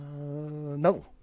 No